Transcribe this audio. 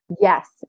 Yes